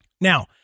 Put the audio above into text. Now